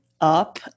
up